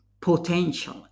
potential